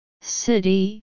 City